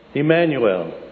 Emmanuel